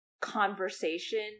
conversation